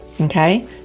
okay